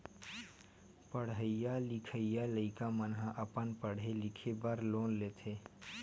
पड़हइया लिखइया लइका मन ह अपन पड़हे लिखे बर लोन लेथे